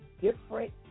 different